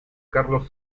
carlos